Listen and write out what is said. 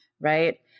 right